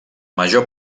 major